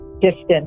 distance